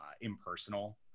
impersonal